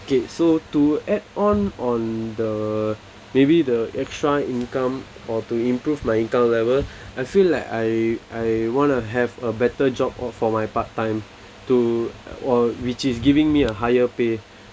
okay so to add on on the maybe the extra income or to improve my income level I feel like I I want to have a better job or for my part time to or which is giving me a higher pay